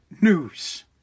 news